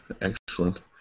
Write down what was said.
excellent